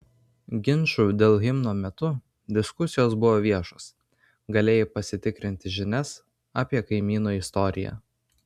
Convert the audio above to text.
ginčų dėl himno metu diskusijos buvo viešos galėjai pasitikrinti žinias apie kaimyno istoriją